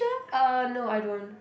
uh no I don't